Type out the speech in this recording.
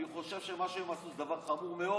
אני חושב שמה שהם עשו זה דבר חמור מאוד.